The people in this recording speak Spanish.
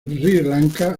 lanka